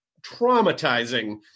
traumatizing